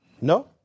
No